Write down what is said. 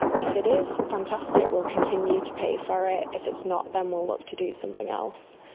if it is, fantastic, we'll continue to pay for it, if it's not then we'll look to do something else.